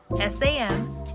S-A-M